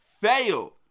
fail